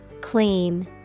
Clean